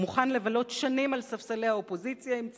ומוכן לבלות שנים על ספסלי האופוזיציה אם צריך,